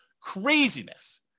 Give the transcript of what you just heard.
Craziness